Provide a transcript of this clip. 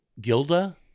Gilda